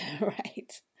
Right